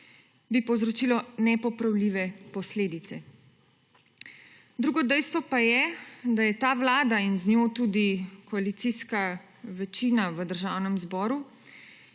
povzročilo nepopravljive posledice. Drugo dejstvo pa je, da je ta vlada in znajo tudi koalicijska večina v Državnem zboru